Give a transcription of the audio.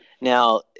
Now